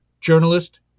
journalist